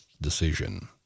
decision